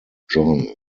john